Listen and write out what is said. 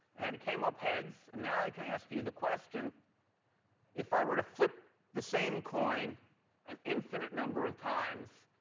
and it came up heads. and now i can ask you the question if i were to flip the same coin an infinite number of times,